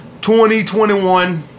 2021